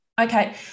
Okay